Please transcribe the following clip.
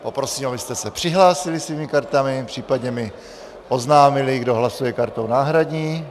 Poprosím, abyste se přihlásili svými kartami, případně mi oznámili, kdo hlasuje kartou náhradní.